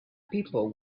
people